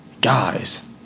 guys